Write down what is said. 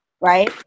right